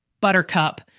buttercup